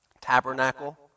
tabernacle